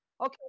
Okay